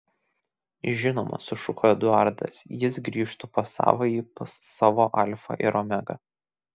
žinoma sušuko eduardas jis grįžtų pas savąjį pas savo alfą ir omegą